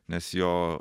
nes jo